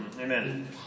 Amen